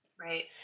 Right